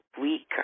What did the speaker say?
weaker